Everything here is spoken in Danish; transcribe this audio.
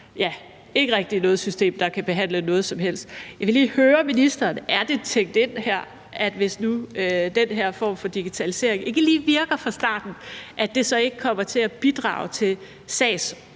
man ikke rigtig noget system, der kan behandle noget som helst. Jeg vil lige høre ministeren: Er det tænkt ind i her, at hvis nu den her form for digitalisering ikke lige virker fra starten, så kommer det ikke til at bidrage til